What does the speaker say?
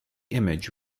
image